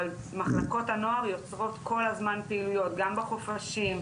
אבל מחלקות הנוער יוצרות כל הזמן פעילויות גם בחופשים,